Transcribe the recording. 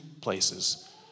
places